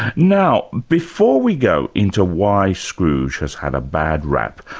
now, before we go into why scrooge has had a bad rap,